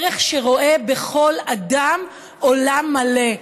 ערך שרואה בכל אדם עולם מלא.